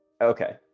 okay